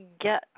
get